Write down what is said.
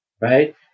right